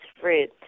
fruit